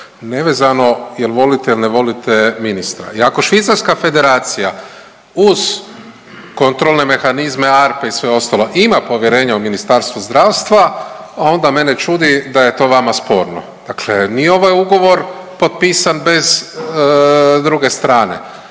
nevezano jel' volite ili ne volite ministra. I ako Švicarska federacija uz kontrolne mehanizme ARPA i sve ostalo ima povjerenja u Ministarstvo zdravstva, onda mene čudi da je to vama sporno. Dakle, nije ovaj ugovor potpisan bez druge strane.